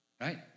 right